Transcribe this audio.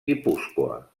guipúscoa